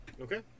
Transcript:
Okay